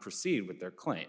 proceed with their claim